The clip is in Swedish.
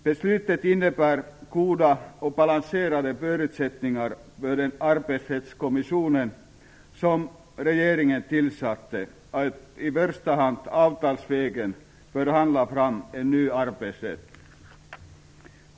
Beslutet innebär goda och balanserade förutsättningar för den arbetsrättskommission som regeringen tillsatte att i första hand avtalsvägen förhandla fram en ny arbetsrätt.